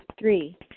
Three